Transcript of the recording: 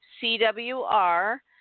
C-W-R